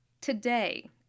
today